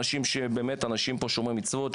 אנשים שומרי מצוות,